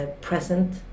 present